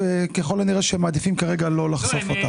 ושככל הנראה הם מעדיפים כרגע לא לחשוף אותה.